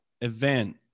event